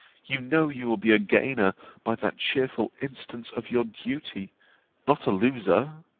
you know you will be a gainer by that cheerful instance of your duty not a loser.